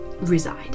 reside